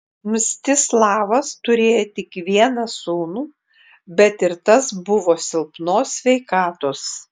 mstislavas turėjo tik vieną sūnų bet ir tas buvo silpnos sveikatos